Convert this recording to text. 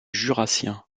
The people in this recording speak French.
jurassien